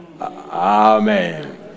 Amen